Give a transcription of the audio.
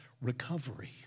Recovery